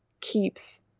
keeps